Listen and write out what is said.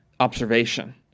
Observation